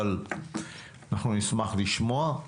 אבל אנחנו נשמח לשמוע,